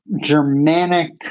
Germanic